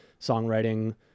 songwriting